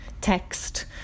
text